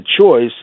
choice